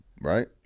right